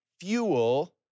fuel